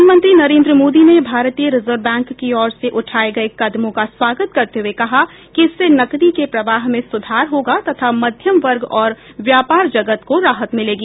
प्रधानमंत्री नरेन्द्र मोदी ने भारतीय रिजर्व बैंक की ओर से उठाए गए कदमों का स्वागत करते हुए कहा कि इससे नकदी के प्रवाह में सुधार होगा तथा मध्यम वर्ग और व्यापार जगत को राहत मिलेगी